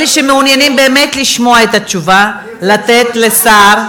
אלה שמעוניינים באמת לשמוע את התשובה, לתת לשר.